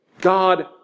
God